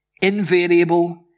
invariable